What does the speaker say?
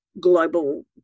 global